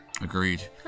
Agreed